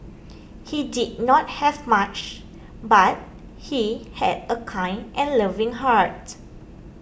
he did not have much but he had a kind and loving heart